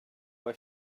bei